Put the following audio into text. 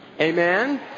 amen